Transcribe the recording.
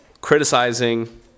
criticizing